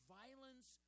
violence